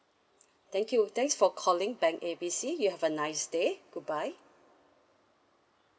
thank you thanks for calling bank A B C you have a nice day goodbye